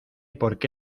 porque